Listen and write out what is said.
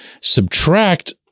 subtract